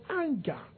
anger